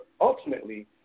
ultimately